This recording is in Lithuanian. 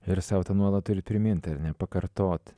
ir sau tą nuolat turi primint ar ne pakartot